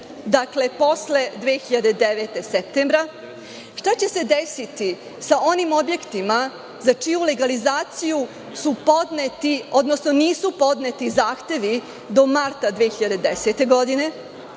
septembra 2009. godine, šta će se desiti sa onim objektima za čiju legalizaciju su podneti, odnosno nisu podneti zahtevi do marta 2010. godine?